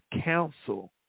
counsel